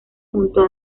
junto